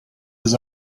his